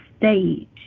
stage